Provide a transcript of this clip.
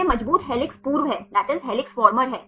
यह मजबूत हेलिक्स पूर्व है